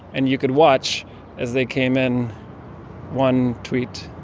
and you could watch as they came in one tweet,